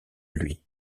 lui